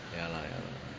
ya lah ya lah